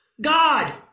God